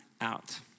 out